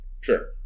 Sure